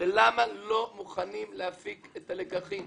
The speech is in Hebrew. ולמה לא מוכנים להפיק את הלקחים